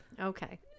Okay